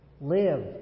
Live